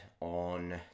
on